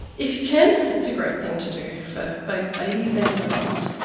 if you can, it's a great thing to do for both babies and for mums.